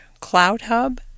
CloudHub